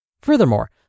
Furthermore